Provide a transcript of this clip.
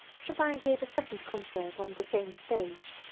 chopin gave a second concert on the same stage.